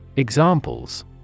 Examples